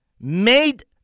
made